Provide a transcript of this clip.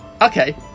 Okay